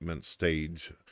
stage